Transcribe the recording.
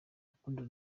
rukundo